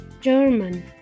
German